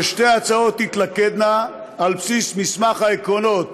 ששתי ההצעות תתלכדנה על בסיס מסמך העקרונות